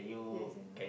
yes I know